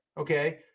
Okay